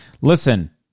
listen